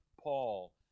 Paul